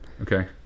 Okay